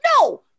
no